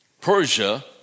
Persia